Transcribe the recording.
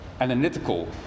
analytical